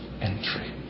entry